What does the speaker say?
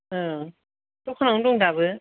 औ दखानावनो दं दाबो